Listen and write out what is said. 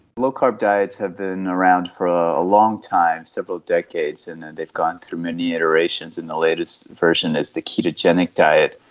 low carb diets have been around for a long time, several decades, and and they've gone through many iterations and the latest version is the ketogenic diet,